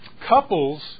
Couples